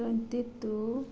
twenty two